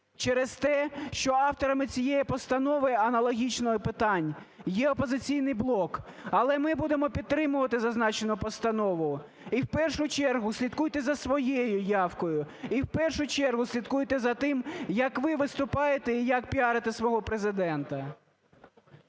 через те, що авторами цієї постанови аналогічно і питань є "Опозиційний блок". Але ми будемо підтримувати зазначену постанову. І в першу чергу слідкуйте за своєю явкою, і в першу чергу слідкуйте за тим, як ви виступаєте і якпіарите свого Президента.